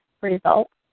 results